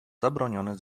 zabronione